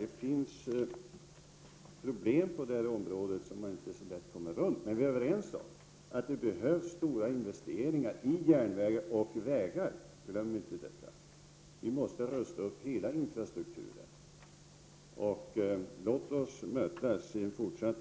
Det finns problem på detta område som man inte så lätt kommer förbi. Vi är emellertid överens om att det behövs stora investeringar i järnvägar och vägar, glöm inte detta. Vi måste rusta upp hela infrastrukturen. Låt oss mö tas i en fortsatt